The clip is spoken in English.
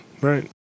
right